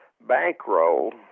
bankroll